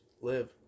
live